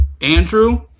Andrew